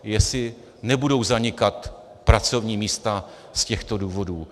Jestli nebudou zanikat pracovní místa z těchto důvodů?